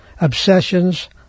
obsessions